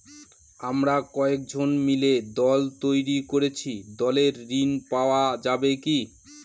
আমরা কয়েকজন মিলে দল তৈরি করেছি দলের জন্য ঋণ পাওয়া যাবে কি?